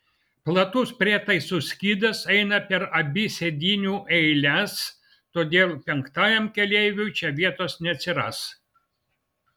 platus prietaisų skydas eina per abi sėdynių eiles todėl penktajam keleiviui čia vietos neatsiras